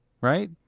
Right